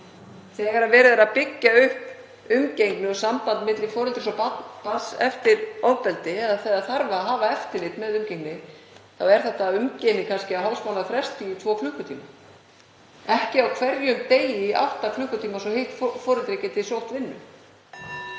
Þegar verið er að byggja upp umgengni og samband milli foreldris og barns eftir ofbeldi eða þegar þarf að hafa eftirlit með umgengni er þetta kannski umgengni á hálfs mánaðar fresti í tvo klukkutíma, ekki á hverjum degi í átta klukkutíma og svo að hitt foreldrið geti sótt vinnu.